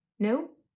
No